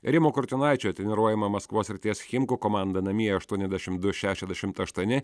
rimo kurtinaičio treniruojama maskvos srities chimku komanda namie aštuoniasdešimt du šešiasdešimt aštuoni